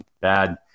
bad